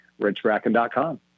richbracken.com